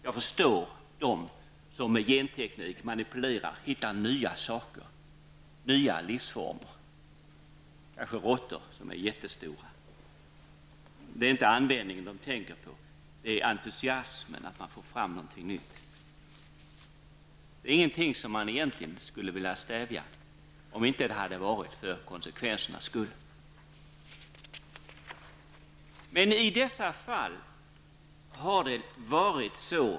Jag förstår dem som med hjälp av genteknik manipulerar, hittar nya saker, nya livsformer -- kanske råttor som är jättestora. Man tänker inte på användningen, utan det är entusiasmen att få fram någonting nytt som är det väsentliga. Detta är inte någonting som egentligen borde stävjas, om det inte hade varit för konsekvensernas skull.